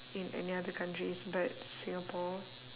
in any other countries but singapore